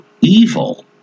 evil